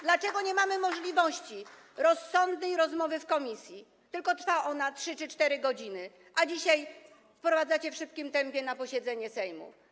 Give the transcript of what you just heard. Dlaczego nie mamy możliwości rozsądnej rozmowy na posiedzeniu komisji, tylko trwa ono 3 czy 4 godziny, a dzisiaj wprowadzacie to w szybkim tempie na posiedzenie Sejmu?